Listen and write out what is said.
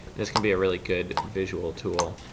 this can be a really good visual tool